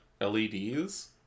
LEDs